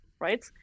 right